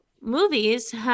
movies